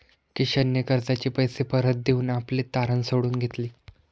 किशनने कर्जाचे पैसे परत देऊन आपले तारण सोडवून घेतले